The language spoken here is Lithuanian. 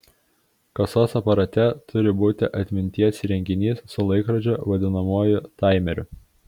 kasos aparate turi būti atminties įrenginys su laikrodžiu vadinamuoju taimeriu